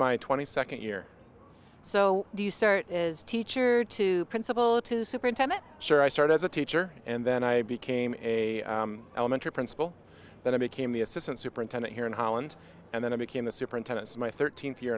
my twenty second year so do you sir is teacher to principal to superintendent sure i started as a teacher and then i became a elementary principal but i became the assistant superintendent here in holland and then i became the superintendents my thirteenth y